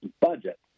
budget